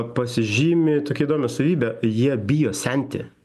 pasižymi tokia įdomia savybe jie bijo senti